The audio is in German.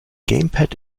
gamepad